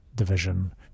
Division